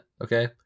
Okay